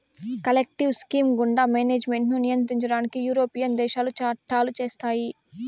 collective scheme గుండా management ను నియంత్రించడానికి యూరోపియన్ దేశాలు చట్టాలు చేశాయి